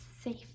safe